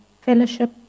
fellowship